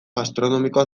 gastronomikoa